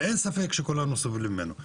ואין ספק שכולנו סובלים ממנו.